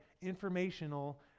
informational